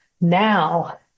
Now